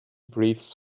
breathes